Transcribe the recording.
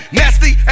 nasty